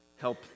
help